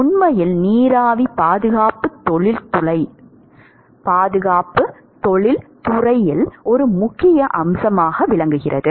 உண்மையில் நீராவி பாதுகாப்பு தொழில்துறையில் ஒரு முக்கிய அம்சமாகும்